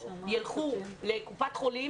ילכו לקופת חולים,